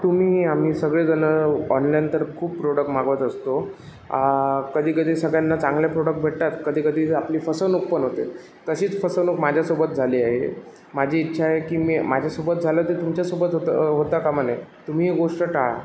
तुम्ही आम्ही सगळेजण ऑनलाईन तर खूप प्रोडक मागवत असतो कधीकधी सगळ्यांना चांगले प्रोडक भेटतात कधीकधी आपली फसवणूक पण होते तशीच फसवणूक माझ्यासोबत झाली आहे माझी इच्छा आहे की मी माझ्यासोबत झालं ते तुमच्यासोबत होतं होता कामा नये तुम्ही ही गोष्ट टाळा